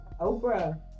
Oprah